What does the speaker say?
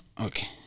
Okay